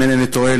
אם אינני טועה,